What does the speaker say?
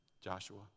Joshua